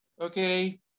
okay